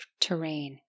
terrain